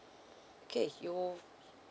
okay you